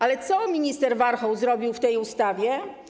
Ale co minister Warchoł zrobił w tej ustawie?